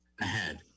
ahead